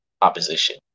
opposition